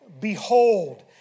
Behold